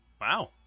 wow